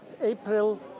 April